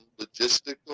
logistical